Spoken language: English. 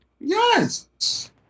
Yes